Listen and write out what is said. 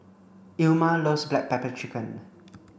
Ilma loves black pepper chicken